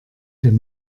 dem